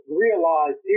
realize